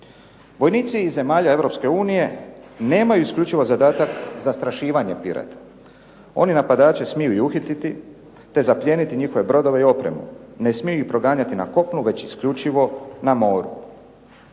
Vojnici iz zemalja Europske unije nemaju isključivo zadatak zastrašivanje pirata. Oni napadače smiju i uhititi, te zaplijeniti njihove brodove i opremu. Ne smiju ih proganjati na kopnu već isključivo na moru.